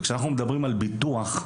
כשאנחנו מדברים על ביטוח,